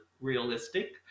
realistic